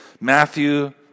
Matthew